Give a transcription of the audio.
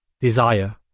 Desire